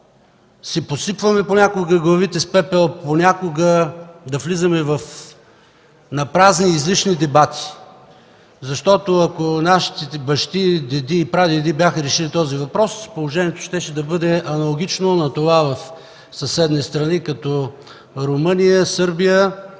си посипваме главите с пепел, понякога да влизаме в напразни и излишни дебати. Ако нашите бащи, деди и прадеди бяха решили този въпрос, положението щеше да бъде аналогично на това в съседни страни, като Румъния, Сърбия,